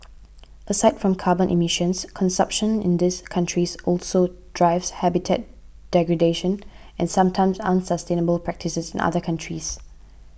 aside from carbon emissions consumption in these countries also drives habitat degradation and sometimes unsustainable practices in other countries